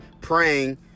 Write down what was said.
praying